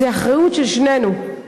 זה אחריות של שנינו.